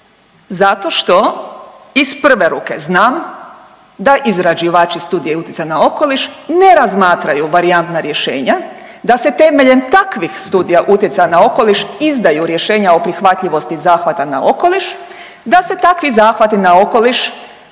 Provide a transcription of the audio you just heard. zato što iz prve ruke znam da izrađivači studije i utjecaja na okoliš ne razmatraju varijantna rješenja, da se temeljem takvih studija utjecaja na okoliš izdaju rješenja o prihvatljivosti zahvata na okoliš, da se takvi zahvati na okoliš